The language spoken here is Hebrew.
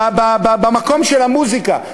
במקום של המוזיקה,